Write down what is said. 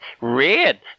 Red